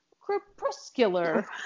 crepuscular